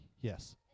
Yes